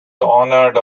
honored